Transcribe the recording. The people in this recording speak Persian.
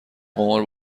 قمار